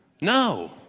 No